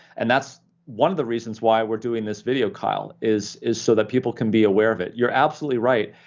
and that's one of the reasons why we're doing this video, kyle, is is so that people can be aware of it. you're absolutely right,